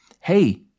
Hey